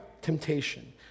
temptation